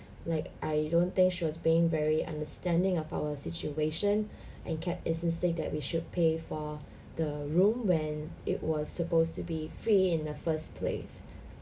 like I don't think she was being very understanding of our situation and kept insisting that we should pay for the room when it was supposed to be free in the first place